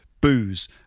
Booze